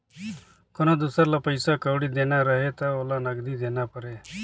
कोनो दुसर ल पइसा कउड़ी देना रहें त ओला नगदी देना परे